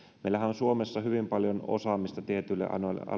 meillähän on suomessa hyvin paljon osaamista tietyillä aloilla kun